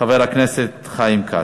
חבר הכנסת חיים כץ.